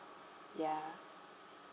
ya